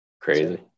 crazy